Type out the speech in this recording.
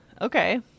Okay